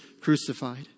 crucified